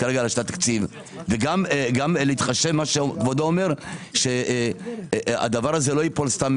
לשנת התקציב וגם להתחשב במה שכבודו אומר שהדבר הזה לא ייפול סתם,